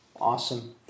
Awesome